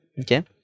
Okay